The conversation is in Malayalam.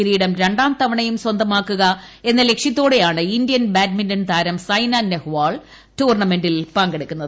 കിരീടം രണ്ടാം തവണയും സ്വന്തമാക്കുക എന്ന ലക്ഷ്യത്തോടെയാണ് ഇന്ത്യൻ ബാഡ്മിൻൺ താരം സൈന നെഹ്വാൾ ടൂർണമെന്റിൽ പങ്കെടുക്കുന്നത്